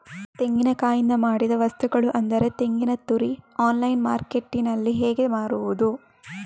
ತೆಂಗಿನಕಾಯಿಯಿಂದ ಮಾಡಿದ ವಸ್ತುಗಳು ಅಂದರೆ ತೆಂಗಿನತುರಿ ಆನ್ಲೈನ್ ಮಾರ್ಕೆಟ್ಟಿನಲ್ಲಿ ಹೇಗೆ ಮಾರುದು?